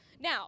Now